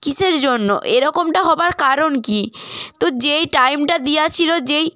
কীসের জন্য এরকমটা হবার কারণ কী তো যেই টাইমটা দিয়া ছিলো যেই